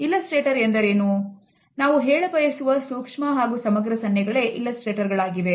ಈ ಸೂಕ್ಷ್ಮ ಅಭಿವ್ಯಕ್ತಿಗಳು ಬಹಳ ಸಣ್ಣ ಅಂಶಗಳಾಗಿದ್ದು ಮಾತನಾಡುವಾಗ ಇವು ವ್ಯಕ್ತವಾಗುತ್ತವೆ